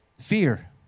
Fear